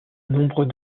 nombreux